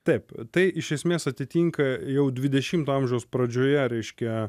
taip tai iš esmės atitinka jau dvidešimto amžiaus pradžioje reiškia